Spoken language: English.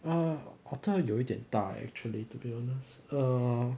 err otter 有一点大 eh actually to be honest err